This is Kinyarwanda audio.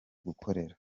gukorera